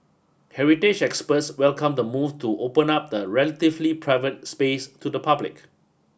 heritage experts welcomed the move to open up the relatively private space to the public